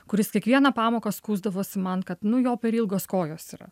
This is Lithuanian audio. kuris kiekvieną pamoką skųsdavosi man kad nu jo per ilgos kojos yra